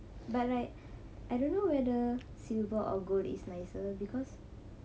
but like I don't know whether silver or gold is nicer because